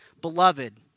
Beloved